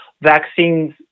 vaccines